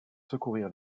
secourir